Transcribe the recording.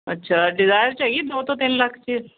ਅੱਛਾ ਡਿਜ਼ਾਇਰ 'ਚ ਹੈਗੀ ਦੋ ਤੋਂ ਤਿੰਨ ਲੱਖ 'ਚ